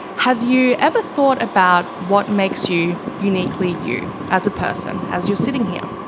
have you ever thought about what makes you uniquely you, as a person, as you're sitting here?